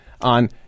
on